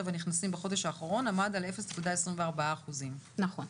הנכנסים בחודש האחרון עמד על 0.24%. נכון.